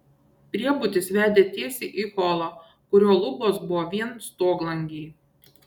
priebutis vedė tiesiai į holą kurio lubos buvo vien stoglangiai